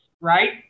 right